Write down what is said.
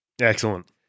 Excellent